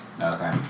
Okay